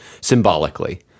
symbolically